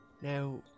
Now